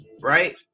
right